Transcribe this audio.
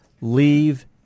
leave